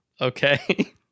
Okay